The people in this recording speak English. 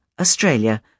Australia